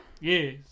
Yes